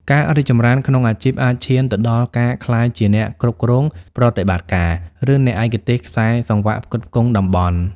ការរីកចម្រើនក្នុងអាជីពអាចឈានទៅដល់ការក្លាយជាអ្នកគ្រប់គ្រងប្រតិបត្តិការ ឬអ្នកឯកទេសខ្សែសង្វាក់ផ្គត់ផ្គង់តំបន់។